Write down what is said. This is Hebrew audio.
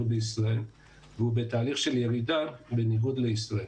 בישראל - היא בתהליך של ירידה בניגוד לישראל.